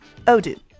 Odoo